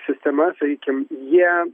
sistemas sakykim jie